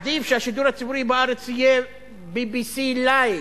עדיף שהשידור הציבורי בארץ יהיה BBC like,